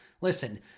Listen